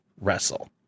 wrestle